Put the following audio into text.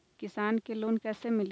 किसान के लोन कैसे मिली?